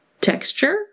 texture